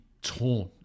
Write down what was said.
torn